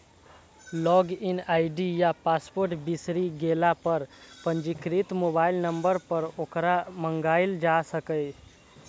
log in ID या password बिसरि गेला पर पंजीकृत मोबाइल नंबर पर ओकरा मंगाएल जा सकैए